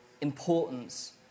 importance